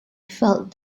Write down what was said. felt